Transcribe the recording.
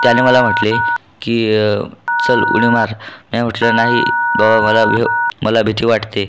त्याने मला म्हटले की चल उडी मार म्या म्हटलं नाही भावा मला भेव मला भीती वाटते